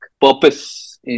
purpose